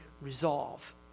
resolve